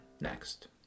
next